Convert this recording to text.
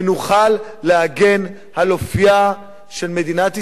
ונוכל להגן על אופיה של מדינת ישראל,